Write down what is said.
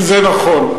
זה נכון,